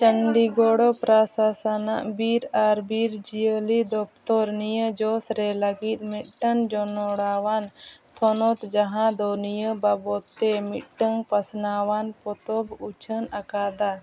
ᱪᱚᱱᱰᱤᱜᱚᱲ ᱯᱨᱚᱥᱟᱥᱚᱱᱟᱜ ᱵᱤᱨ ᱟᱨ ᱵᱤᱨ ᱡᱤᱭᱟᱹᱞᱤ ᱫᱚᱯᱛᱚᱨ ᱱᱤᱭᱟᱹ ᱡᱚᱥ ᱨᱮ ᱞᱟᱹᱜᱤᱫ ᱢᱤᱫᱴᱟᱝ ᱡᱚᱱᱚᱲᱟᱣ ᱟᱱ ᱛᱷᱚᱱᱚᱛ ᱡᱟᱦᱟᱸ ᱫᱚ ᱱᱤᱭᱟᱹ ᱵᱟᱵᱚᱛ ᱛᱮ ᱢᱤᱫᱴᱟᱝ ᱯᱟᱥᱱᱟᱣᱟᱱ ᱯᱚᱛᱚᱵ ᱮ ᱩᱪᱷᱟᱹᱱ ᱟᱠᱟᱫᱟ